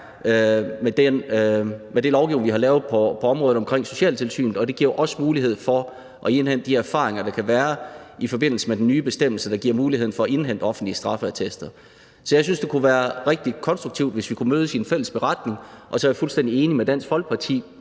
med den lovgivning, vi har lavet på området omkring socialtilsynet. Det giver jo også mulighed for at indhente de erfaringer, der kan være i forbindelse med den nye bestemmelse, der giver mulighed for at indhente offentlige straffeattester. Så jeg synes, det kunne være rigtig konstruktivt, hvis vi kunne mødes i en fælles beretning, og så er jeg fuldstændig enig med Dansk Folkeparti